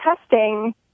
testing